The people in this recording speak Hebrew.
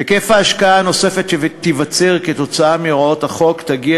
היקף ההשקעה הנוספת שתיווצר כתוצאה מהוראות החוק תגיע